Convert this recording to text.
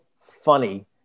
funny